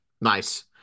Nice